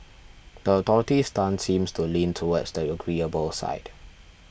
the authorities' stance seems to lean towards the agreeable side